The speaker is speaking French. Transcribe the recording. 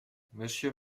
monsieur